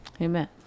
Amen